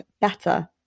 better